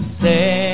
say